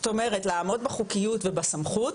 זאת אומרת לעמוד בחוקיות ובסמכות,